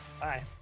Bye